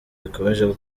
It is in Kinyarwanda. bikomeje